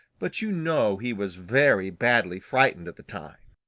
but you know he was very badly frightened at the time.